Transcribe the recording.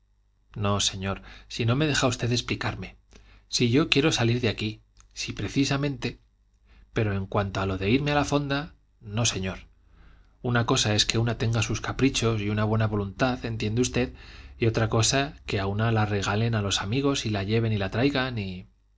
no insisto no señor si no me deja usted explicarme si yo quiero salir de aquí si precisamente pero en cuanto a lo de irme a la fonda no señor una cosa es que una tenga sus caprichos y una buena voluntad entiende usted y otra cosa que a una la regalen a los amigos y la lleven y la traigan y